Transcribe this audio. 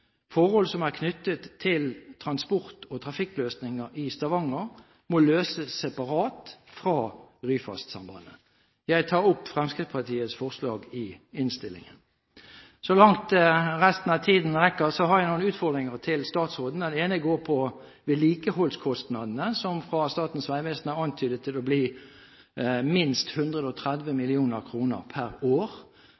Forhold som er knyttet til transport- og trafikkløsninger i Stavanger, må løses separat fra Ryfast – Ryfylkesambandet. Jeg tar opp Fremskrittspartiets forslag i innstillingen. Så langt resten av tiden rekker, har jeg noen utfordringer til statsråden. Den ene går på vedlikeholdskostnadene, som fra Statens vegvesen er antydet å bli på minst 130